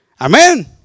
Amen